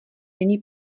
není